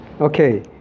Okay